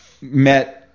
met